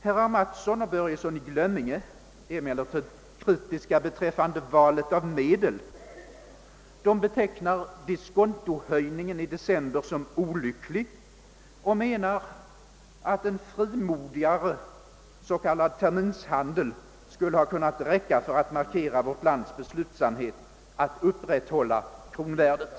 Herrar Mattsson och Börjesson i Glömminge är emellertid kritiska beträffande valet av medel; de betecknar diskontohöjningen i december som »olycklig» och menar, att en frimodigare s.k. terminshandel skulle ha kunnat räcka för att markera vårt lands beslhutsamhet att upprätthålla kronvärdet.